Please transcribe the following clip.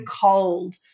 cold